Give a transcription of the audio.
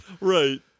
Right